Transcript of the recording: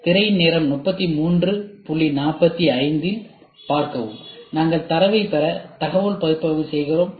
திரையின் நேரம் 3345 இல் பார்க்கவும் நாங்கள் தரவைப் பெற தகவல் பகுப்பாய்வு செய்கிறோம்